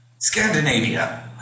Scandinavia